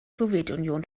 sowjetunion